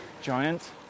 Giant